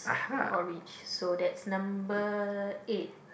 orange so that's number eight